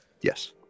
Yes